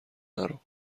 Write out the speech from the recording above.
نرو